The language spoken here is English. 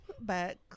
back